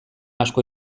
asko